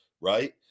right